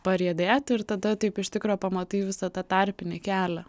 pariedėt ir tada taip iš tikro pamatai visą tą tarpinį kelią